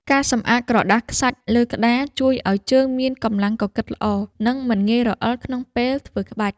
ការសម្អាតក្រដាសខ្សាច់លើក្ដារ ជួយឱ្យជើងមានកម្លាំងកកិតល្អ និងមិនងាយរអិលក្នុងពេលធ្វើក្បាច់។